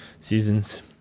seasons